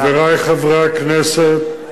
חברי חברי הכנסת,